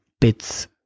bits